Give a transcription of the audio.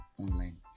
online